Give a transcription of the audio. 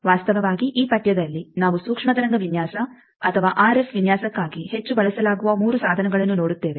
ವಾಸ್ತವವಾಗಿ ಈ ಪಠ್ಯದಲ್ಲಿ ನಾವು ಸೂಕ್ಷ್ಮತರಂಗ ವಿನ್ಯಾಸ ಅಥವಾ ಆರ್ಎಫ್ ವಿನ್ಯಾಸಕ್ಕಾಗಿ ಹೆಚ್ಚು ಬಳಸಲಾಗುವ 3 ಸಾಧನಗಳನ್ನು ನೋಡುತ್ತೇವೆ